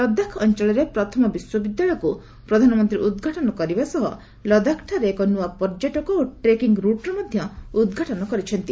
ଲଦାଖ୍ ଅଞ୍ଚଳରେ ପ୍ରଥମ ବିଶ୍ୱବିଦ୍ୟାଳୟକ୍ତ୍ ପ୍ରଧାନମନ୍ତ୍ରୀ ଉଦ୍ଘାଟନ କରିବା ସହ ଲଦାଖ୍ଠାରେ ଏକ ନ୍ତ୍ରଆ ପର୍ଯ୍ୟଟକ ଓ ଟ୍ରେକିଂ ରୁଟ୍ର ମଧ୍ୟ ଉଦ୍ଘାଟନ କରିଛନ୍ତି